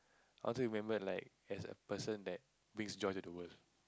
I want to remembered like as a person who brings joy to the world